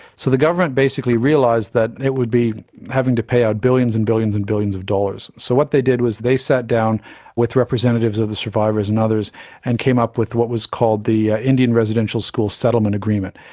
so the government basically realised that it would be having to pay out billions and billions and billions of dollars. so what they did was they sat down with representatives of the survivors and others and came up with what was called the indian residential school settlement agreement.